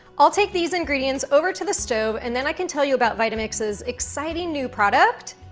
i'll take these ingredients over to the stove. and then i can tell you about vitamix's exciting new product.